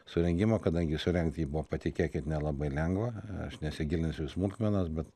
surengimo kadangi surengt jį buvo patikėkit nelabai lengva aš nesigilinsiu į smulkmenas bet